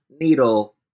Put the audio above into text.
needle